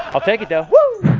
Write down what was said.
i'll take it though. whoo!